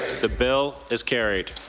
the bill is carried.